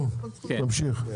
טוב תמשיך.